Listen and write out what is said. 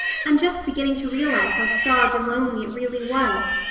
i'm just beginning to realize how starved and lonely it really was.